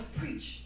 preach